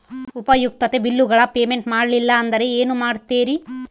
ಉಪಯುಕ್ತತೆ ಬಿಲ್ಲುಗಳ ಪೇಮೆಂಟ್ ಮಾಡಲಿಲ್ಲ ಅಂದರೆ ಏನು ಮಾಡುತ್ತೇರಿ?